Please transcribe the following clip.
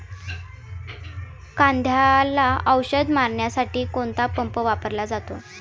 कांद्याला औषध मारण्यासाठी कोणता पंप वापरला जातो?